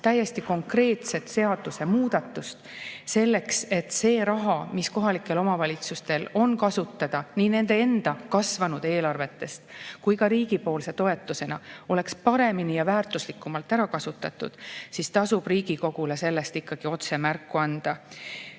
täiesti konkreetset seaduse muudatust, selleks et see raha, mis kohalikel omavalitsustel on kasutada nii nende enda kasvanud eelarvest kui ka riigipoolsest toetusest, oleks paremini ja väärtuslikumalt ära kasutatud, siis tasub Riigikogule sellest ikkagi otse märku anda.